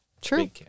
true